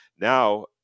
now